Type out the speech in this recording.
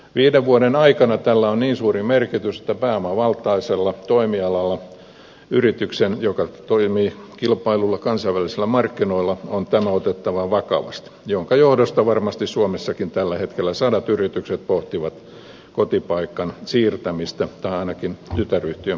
viiden vuoden aikana tällä on niin suuri merkitys että pääomavaltaisella toimialalla yrityksen joka toimii kilpailluilla kansainvälisillä markkinoilla on tämä otettava vakavasti minkä johdosta varmasti suomessakin tällä hetkellä sadat yritykset pohtivat kotipaikan siirtämistä tai ainakin tytäryhtiön perustamista viroon